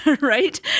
right